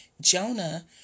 Jonah